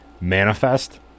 Manifest